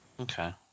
Okay